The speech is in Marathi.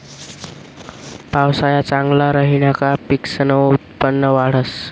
पावसाया चांगला राहिना का पिकसनं उत्पन्न वाढंस